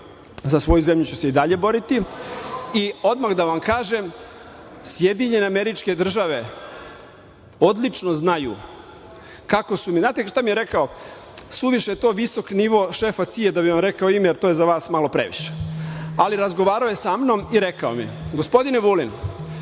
za svoju zemlju ću se i dalje boriti i odmah da vam kažem SAD odlično znaju kako su…Znate šta mi je rekao, suviše je to visok nivo šefa CIA da bih vam rekao ime jer to je za vas malo previše, ali, razgovarao je sa mnom i rekao mi - gospodine Vulin,